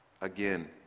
again